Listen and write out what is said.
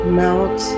melt